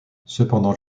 cependant